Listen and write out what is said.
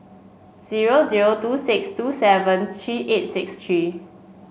zero zero two six two seven three eight six three